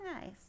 Nice